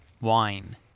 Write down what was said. wine